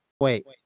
wait